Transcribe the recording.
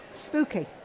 Spooky